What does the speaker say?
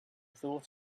thought